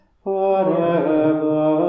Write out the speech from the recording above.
forever